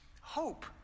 Hope